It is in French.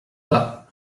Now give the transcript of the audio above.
pas